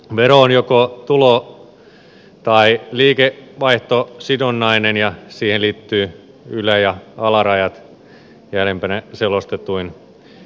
vero on joko tulo tai liikevaihtosidonnainen ja siihen liittyy ylä ja alarajat jäljempänä selostetuin tavoin